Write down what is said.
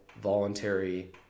voluntary